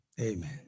Amen